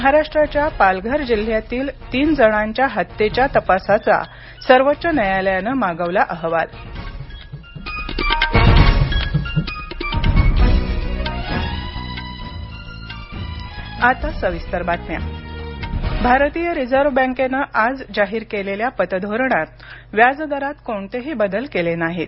महाराष्ट्राच्या पालघर जिल्ह्यातील तीन जणांच्या हत्येचा तपासाचा सर्वोच्च न्यायालयाने मागवला अहवाल रिझर्व्ह बँक भारतीय रिझर्व्ह बँकेनं आज जाहीर केलेल्या पतधोरणात व्याजदरात कोणतेही बदल केले नाहीत